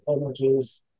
energies